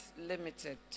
limited